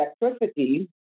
electricity